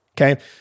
Okay